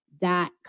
dot